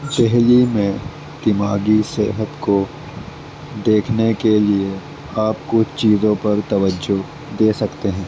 دہلی میں دماغی صحت کو دیکھنے کے لیے آپ کچھ چیزوں پر توجہ دے سکتے ہیں